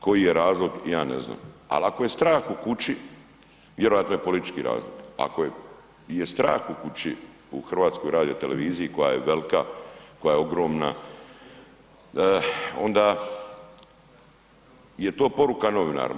Koji je razlog ja ne znam, al ako je strah u kući vjerojatno je politički razlog, ako je strah u kući u HRT-u koja je velika, koja je ogromna, onda je to poruka novinarima.